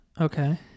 Okay